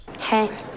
Hey